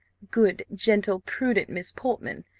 good, gentle, prudent miss portman,